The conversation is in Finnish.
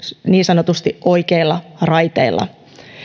niin sanotusti oikeilla raiteilla